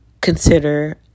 consider